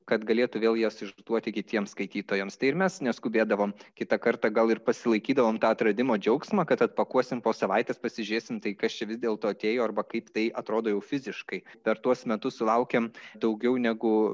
kad galėtų vėl jas išduoti kitiems skaitytojams tai ir mes neskubėdavom kitą kartą gal ir pasilaikydavom tą atradimo džiaugsmą kad atakuosim po savaitės pasižiūrėsim tai kas čia vis dėlto atėjo arba kaip tai atrodo jau fiziškai per tuos metus sulaukėm daugiau negu